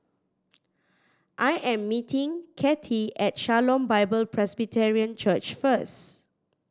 I am meeting Cathey at Shalom Bible Presbyterian Church first